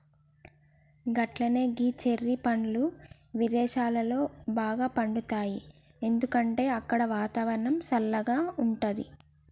గట్లనే ఈ చెర్రి పండ్లు విదేసాలలో బాగా పండుతాయి ఎందుకంటే అక్కడ వాతావరణం సల్లగా ఉంటది